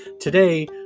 Today